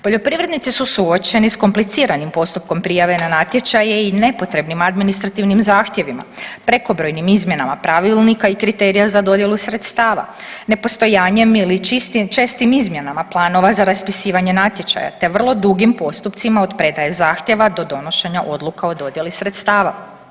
Poljoprivrednici su suočeni s kompliciranim postupkom prijave na natječaje i nepotrebnim administrativnim zahtjevima, prekobrojnim izmjenama pravilnika i kriterija za dodjelu sredstava, nepostojanjem ili čestim izmjenama planova za raspisivanje natječaja te vrlo dugim postupcima od predaje zahtjeva do donošenje odluka o dodijeli sredstava.